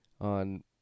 on